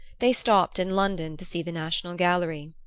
they stopped in london to see the national gallery.